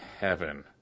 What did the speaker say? heaven